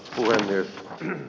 arvoisa puhemies